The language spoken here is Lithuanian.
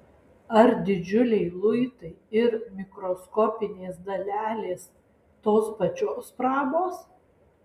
ar didžiuliai luitai ir mikroskopinės dalelės tos pačios prabos